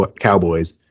Cowboys